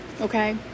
okay